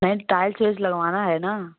नहीं तो टाइल्स उइल्स लगवाना है ना